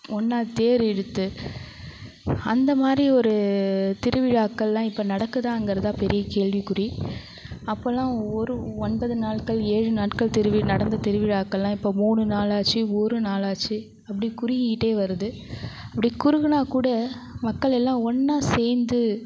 ஒன்னாக தேர் இழுத்து அந்தமாதிரி ஒரு திருவிழாக்கள் எல்லாம் இப்போ நடக்குதாங்கிறது தான் பெரிய கேள்விக்குறி அப்போ எல்லாம் ஒரு ஒன்பது நாள்கள் ஏழு நாள்கள் திருவி நடந்த திருவிழாக்கள் எல்லாம் இப்போ மூணு நாளாச்சு ஒரு நாளாச்சு அப்படி குறுகிக்கிட்டே வருது அப்படி குறுகினா கூட மக்கள் எல்லாம் ஒன்னாக சேர்ந்து